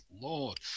Lord